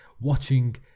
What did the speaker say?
watching